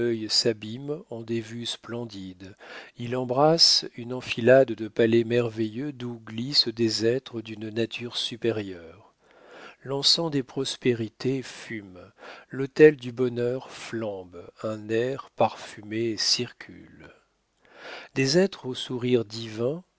s'abîme en des vues splendides il embrasse une enfilade de palais merveilleux d'où glissent des êtres d'une nature supérieure l'encens des prospérités fume l'autel du bonheur flambe un air parfumé circule des êtres au sourire divin